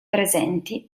presenti